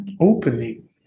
opening